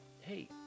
hey